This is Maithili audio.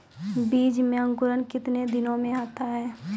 बीज मे अंकुरण कितने दिनों मे आता हैं?